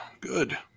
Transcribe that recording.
good